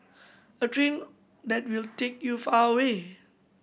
a train that will take you far away